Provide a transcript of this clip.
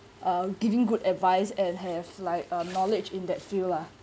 uh giving good advice and have like a knowledge in that field lah